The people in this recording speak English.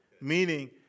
meaning